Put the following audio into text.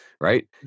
right